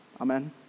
Amen